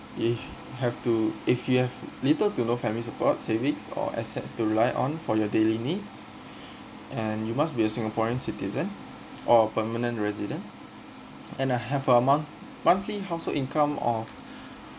if have to if you have little to no family support savings or asset to rely on for your daily needs and you must be a singaporean citizen or permanent resident and uh have a month monthly how so income of